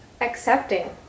accepting